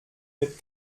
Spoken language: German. mit